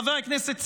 חבר הכנסת סגלוביץ',